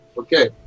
Okay